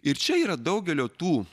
ir čia yra daugelio tų